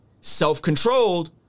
self-controlled